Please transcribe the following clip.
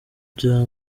bya